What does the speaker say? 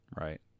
Right